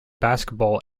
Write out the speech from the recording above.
basketball